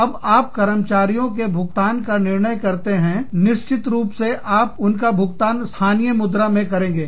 अब आप कर्मचारियों के भुगतान का निर्णय करते हैं निश्चित रूप से आप उनका भुगतान स्थानीय मुद्रा में करेंगे